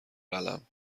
قلم